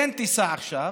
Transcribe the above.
אין טיסה עכשיו,